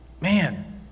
man